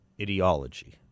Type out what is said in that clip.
ideology